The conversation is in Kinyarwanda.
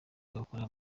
bagakora